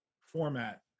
format